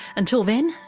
until then,